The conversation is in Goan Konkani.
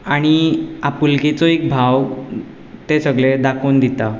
आनी आपुलकीचो एक भाव ते सगले दाखोवन दिता